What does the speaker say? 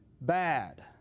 bad